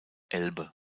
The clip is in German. elbe